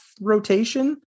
rotation